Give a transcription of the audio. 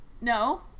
No